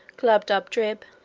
glubbdubdrib,